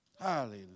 Hallelujah